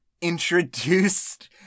introduced